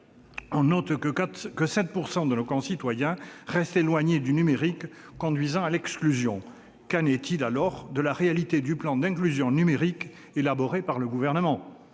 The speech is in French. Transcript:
On note que 7 % de nos concitoyens restent éloignés du numérique, ce phénomène étant un facteur d'exclusion. Qu'en est-il alors de la réalité du plan d'inclusion numérique élaboré par le Gouvernement ?